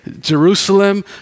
Jerusalem